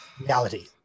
reality